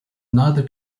neither